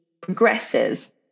progresses